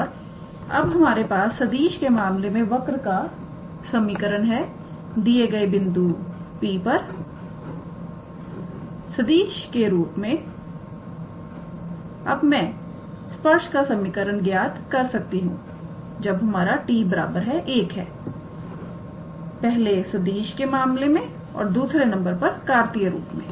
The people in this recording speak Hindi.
और अब हमारे पास सदिश के मामले में वक्र का समीकरण है दिए गए बिंदु P पर सदिश के रूप में जब हमारा t1 है मैं स्पर्श का समीकरण ज्ञात कर सकती हूं पहले सदिश के मामले में और दूसरे नंबर पर कार्तीय रूप में